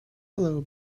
hello